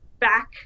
back